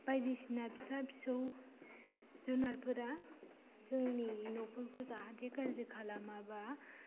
बायदिसिना फिसा फिसौ जुनारफोरा जोंनि न'फोरखौ जाहाथे गाज्रि खालामा एबा